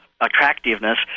attractiveness